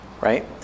right